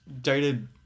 dated